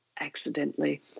accidentally